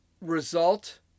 result